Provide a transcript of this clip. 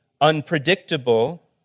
unpredictable